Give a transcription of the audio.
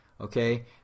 Okay